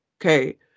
okay